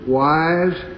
wise